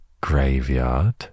graveyard